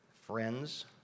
friends